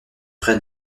près